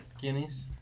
guineas